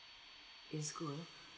it's good mm